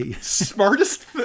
Smartest